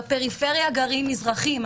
בפריפריה גרים מזרחיים.